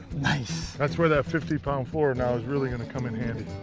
nice. that's where that fifty pound fluoro now is really going to come in handy.